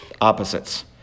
opposites